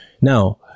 Now